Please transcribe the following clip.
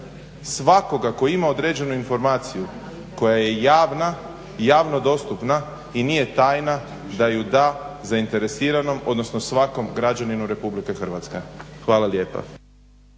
svakoga tko ima određenu informaciju koja je javna, javno dostupna i nije tajna da ju da zainteresiranom, odnosno svakom građaninu RH. Hvala lijepa.